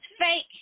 fake